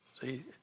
See